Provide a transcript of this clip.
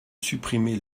supprimer